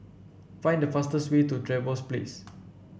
find the fastest way to Trevose Place